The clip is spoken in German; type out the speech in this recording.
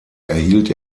erhielt